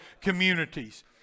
communities